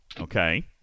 Okay